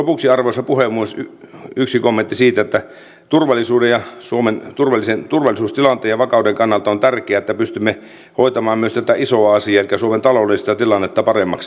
lopuksi arvoisa puhemies yksi kommentti siitä että turvallisuuden ja suomen turvallisuustilanteen ja vakauden kannalta on tärkeää että pystymme hoitamaan myös tätä isoa asiaa elikkä suomen taloudellista tilannetta paremmaksi